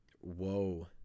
Whoa